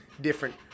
different